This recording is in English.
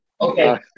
Okay